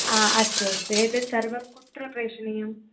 आम् अस्तु अस्तु एतत् सर्वं कुत्र प्रेषणीयम्